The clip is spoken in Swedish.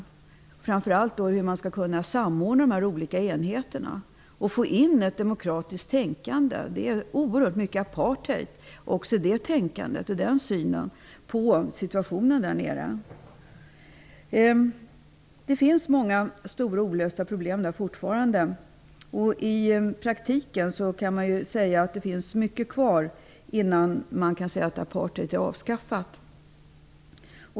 Det gäller framför allt hur man skall kunna samordna de olika enheterna och få in ett demokratiskt tänkande. Det finns oerhört mycket apartheid kvar i tänkandet och i synen på situationen där nere. Det finns många stora olösta problem fortfarande. I praktiken finns det mycket kvar att göra innan man kan säga att apartheid är avskaffat.